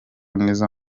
nizo